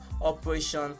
Operation